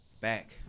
Back